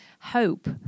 hope